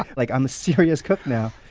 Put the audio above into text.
like i'm a serious cook now.